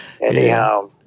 Anyhow